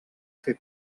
fer